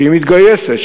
שהיא מתגייסת,